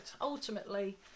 ultimately